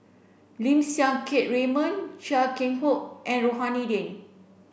Lim Siang Keat Raymond Chia Keng Hock and Rohani Din